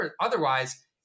otherwise